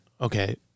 okay